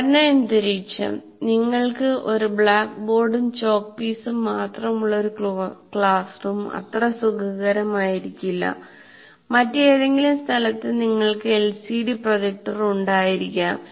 പഠന അന്തരീക്ഷം നിങ്ങൾക്ക് ഒരു ബ്ലാക്ക്ബോർഡും ചോക്ക് പീസും മാത്രമുള്ള ഒരു ക്ലാസ് റൂം അത്ര സുഖകരമായിരിക്കില്ല മറ്റേതെങ്കിലും സ്ഥലത്ത് നിങ്ങൾക്ക് എൽസിഡി പ്രൊജക്ടർ ഉണ്ടായിരിക്കാം